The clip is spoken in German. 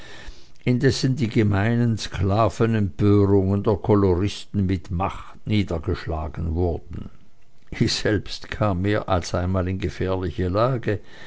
indessen die gemeinen sklavenempörungen der koloristen mit macht niedergeschlagen wurden ich selbst kam mehr als einmal in gefährliche lage